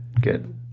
Good